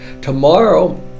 Tomorrow